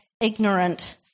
ignorant